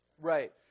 Right